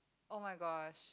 oh-my-gosh